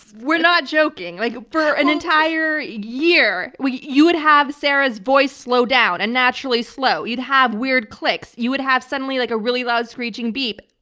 we're not joking. like for an entire year, you would have sarah's voice slow down, unnaturally slow. you'd have weird clicks. you would have suddenly like a really loud screeching beep,